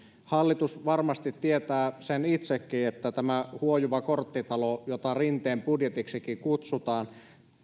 hallitus varmasti tietää sen itsekin että tämän huojuvan korttitalon jota rinteen budjetiksikin kutsutaan